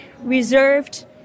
reserved